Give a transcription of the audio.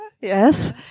yes